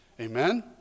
amen